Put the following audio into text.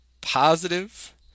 positive